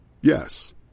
Yes